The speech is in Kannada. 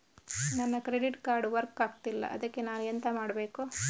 ನನ್ನ ಕ್ರೆಡಿಟ್ ಕಾರ್ಡ್ ವರ್ಕ್ ಆಗ್ತಿಲ್ಲ ಅದ್ಕೆ ನಾನು ಎಂತ ಮಾಡಬೇಕು?